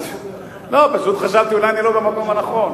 לא, פשוט חשבתי אולי אני לא במקום הנכון.